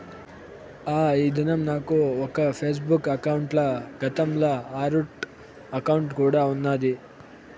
ఆ, ఈ దినం నాకు ఒక ఫేస్బుక్ బుక్ అకౌంటల, గతంల ఆర్కుట్ అకౌంటు కూడా ఉన్నాది